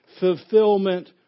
fulfillment